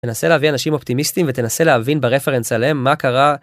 תנסה להביא אנשים אופטימיסטים ותנסה להבין ברפרנס עליהם מה קרה.